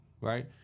right